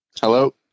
Hello